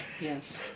Yes